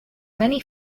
many